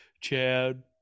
Chad